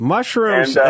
Mushrooms